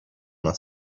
una